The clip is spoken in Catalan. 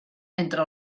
entre